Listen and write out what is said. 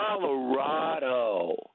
Colorado